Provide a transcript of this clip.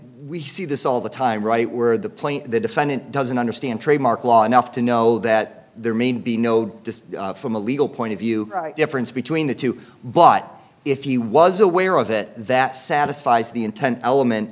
we see this all the time right where the plane the defendant doesn't understand trademark law enough to know that there may be no distance from a legal point of view difference between the two but if he was aware of it that satisfies the intent element